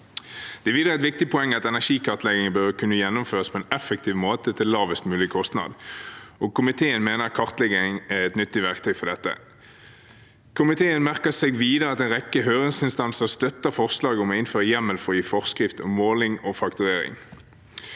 Det er videre et viktig poeng at energikartleggingen bør kunne gjennomføres på en effektiv måte, til lavest mulig kostnad. Komiteen mener kartlegging er et nyttig verktøy for dette. Komiteen merker seg også at en rekke høringsinstanser støtter forslaget om å innføre hjemmel for å gi forskrift om måling og fakturering.